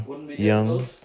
Young